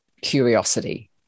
curiosity